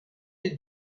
est